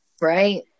Right